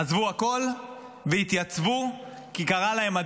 עזבו הכול והתייצבו כי הדגל קרא להם.